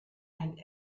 and